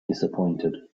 disappointed